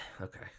Okay